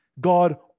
God